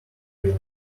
build